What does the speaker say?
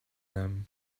them